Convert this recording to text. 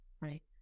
right